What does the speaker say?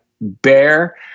bear